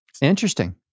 Interesting